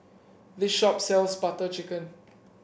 this shop sells Butter Chicken